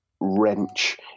wrench